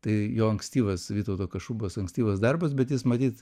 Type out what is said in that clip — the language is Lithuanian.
tai jo ankstyvas vytauto kašubos ankstyvas darbas bet jis matyt